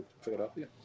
Philadelphia